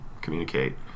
communicate